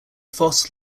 foss